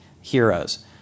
Heroes